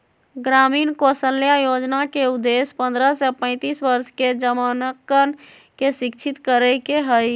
ग्रामीण कौशल्या योजना के उद्देश्य पन्द्रह से पैंतीस वर्ष के जमनकन के शिक्षित करे के हई